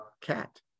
cat